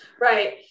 Right